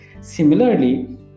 Similarly